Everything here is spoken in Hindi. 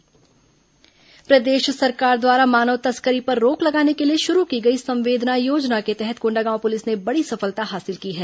बंधक रिहा प्रदेश सरकार द्वारा मानव तस्करी पर रोक लगाने के लिए शुरू की गई संवेदना योजना के तहत कोंडागांव पुलिस ने बड़ी सफलता हासिल की है